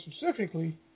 specifically